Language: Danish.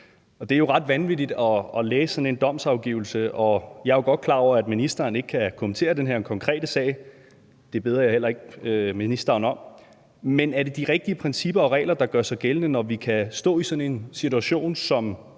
Det er ret vanvittigt at læse sådan en domsafsigelse, og jeg er jo godt klar over, at ministeren ikke kan kommentere den her konkrete sag – det beder jeg heller ikke ministeren om – men er det de rigtige principper og regler, der gør sig gældende, når vi kan stå i sådan en situation, som